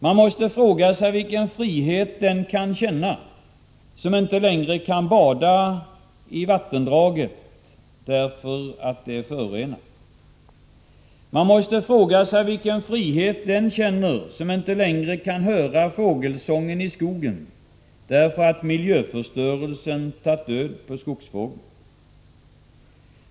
Man måste fråga sig vilken frihet den känner som inte längre kan bada i vattendraget därför att det är förorenat. Man måste fråga sig vilken frihet den känner som inte längre kan höra fågelsången i skogen därför att miljöförstörelsen har tagit död på skogsfågeln.